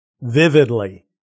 vividly